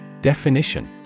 Definition